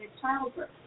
childbirth